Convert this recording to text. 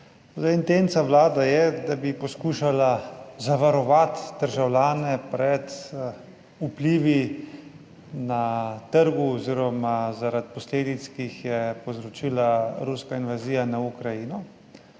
Intenca vlade je, da bi poskušala zavarovati državljane pred vplivi na trgu oziroma zaradi posledic, ki jih je povzročila ruska invazija na Ukrajino,